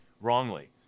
wrongly